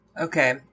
Okay